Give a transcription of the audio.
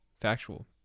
factual